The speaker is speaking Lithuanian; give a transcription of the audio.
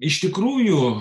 iš tikrųjų